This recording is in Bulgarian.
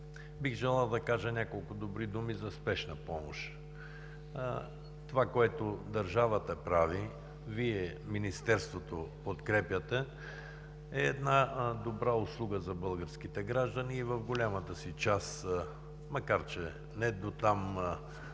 Бих желал да кажа няколко добри думи за спешната помощ. Това, което държавата прави, Вие – Министерството, подкрепяте, е една добра услуга за българските граждани и в голямата си част, макар че недотам